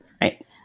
Right